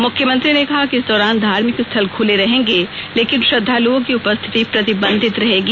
मुख्यमंत्री ने कहा कि इस दौरान धार्मिक स्थल खुले रहेंगे लेकिन श्रद्वालुओं की उपस्थिति प्रतिबंधित रहेगी